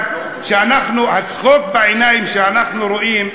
הצחוק בעיניים שאנחנו רואים,